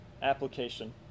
application